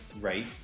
Right